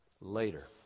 later